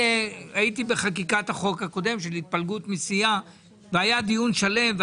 הייתי בחקיקת החוק הקודם של התפלגות מסיעה והיה דיון שלם.